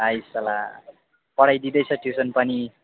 आइ साला पढाइ दिँदैछ ट्युसन पनि